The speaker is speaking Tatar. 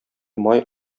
май